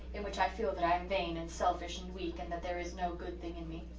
in which i feel that i am vain and selfish and weak and that there is no good thing in me.